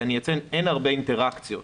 אין הרבה אינטראקציות.